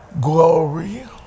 glory